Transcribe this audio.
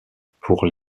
pour